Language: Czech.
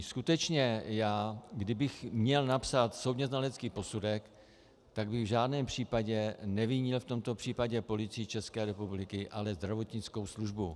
Skutečně kdybych měl napsat soudněznalecký posudek, tak bych v žádném případě nevinil v tomto případě Policii České republiky, ale zdravotnickou službu.